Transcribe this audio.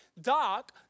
Doc